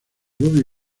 rubio